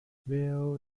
well